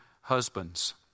husbands